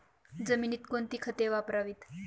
जमिनीत कोणती खते वापरावीत?